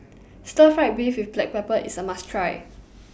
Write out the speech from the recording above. Stir Fried Beef with Black Pepper IS A must Try